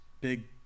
big